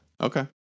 Okay